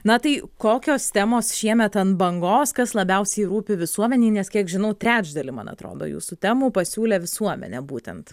na tai kokios temos šiemet ant bangos kas labiausiai rūpi visuomenei nes kiek žinau trečdalį man atrodo jūsų temų pasiūlė visuomenė būtent